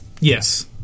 Yes